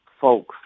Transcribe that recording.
folks